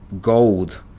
gold